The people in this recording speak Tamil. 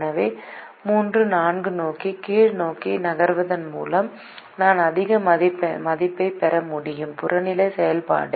எனவே 3 4 நோக்கி கீழ் நோக்கி நகர்வதன் மூலம் நான் அதிக மதிப்பைப் பெற முடியும் புறநிலை செயல்பாடு